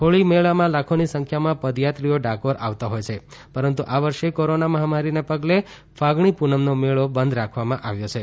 હોળી મેળામાં લાખોની સંખ્યામાં પદયાત્રીઓ ડાકોર આવતા હોય છે પરંતુ આ વર્ષે કોરોના મહામારીને પગલે ફાગણી પુનમનો મેળો બંધ રાખવામાં આવ્યો છે